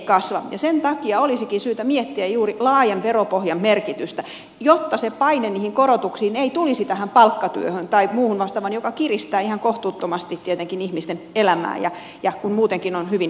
sen takia olisikin syytä miettiä juuri laajan veropohjan merkitystä jotta se paine niihin korotuksiin ei tulisi tähän palkkatyöhön tai muuhun vastaavaan mikä kiristää ihan kohtuuttomasti tietenkin ihmisten elämää ja kun muutenkin on hyvin tiukkaa